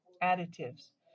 additives